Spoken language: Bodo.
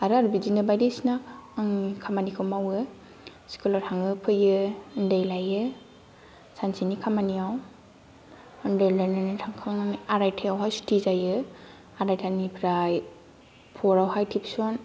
आरो आरो बिदिनो बायदिसिना आंनि खामानिखौ मावो स्कुलाव थाङो फैयो दै लायो सानसेनि खामानियाव आं दै लायनानै थांखांनानै आरायथायाव सुथि जायो आरायथानिफ्राय फरआवहाय टिउसन